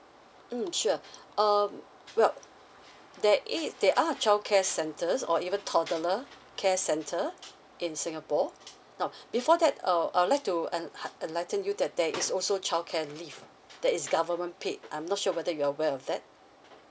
mm sure um well there is they are childcare centres or even toddler care centre in singapore now before that uh I'd like to en~ enlightening you that there is also childcare leave that is government paid I'm not sure whether you aware of that